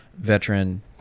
veteran